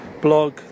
blog